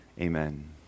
Amen